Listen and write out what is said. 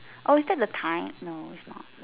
oh is that the time no it's not